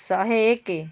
ଶହେଏକ